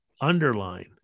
underline